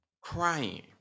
crying